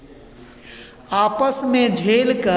आपस में झेलकर